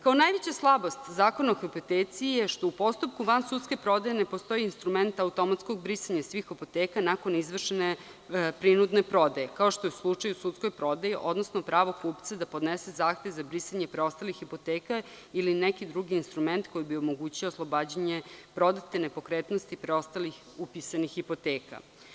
Kao najveća slabost Zakona o hipoteci je što u postupku vansudske prodaje ne postoji instrument automatskog brisanja svih hipoteka nakon izvršene prinudne prodaje, kao što je slučaj u sudskoj prodaji, odnosno pravo kupca da podnese zahtev za brisanje preostalih hipoteka ili neki drugi instrument koji bi omogućio oslobađanje prodate nepokretnosti preostalih upisanih hipoteka.